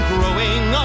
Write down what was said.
Growing